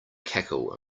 cackle